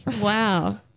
wow